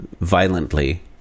violently